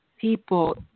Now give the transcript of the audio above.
people